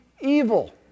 evil